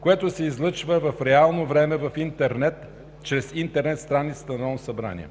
което се излъчва в реално време в интернет чрез интернет страницата на Народното събрание.